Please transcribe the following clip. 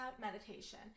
meditation